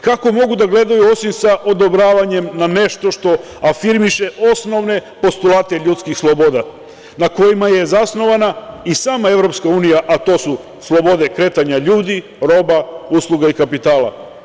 Kako mogu da gledaju, osim sa odobravanjem na nešto što afirmiše osnovne postulate ljudskih sloboda na kojima je zasnovana i sama EU, a to su slobode kretanja ljudi, roba, usluga i kapitala?